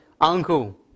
uncle